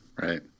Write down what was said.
right